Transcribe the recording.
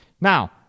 now